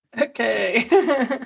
Okay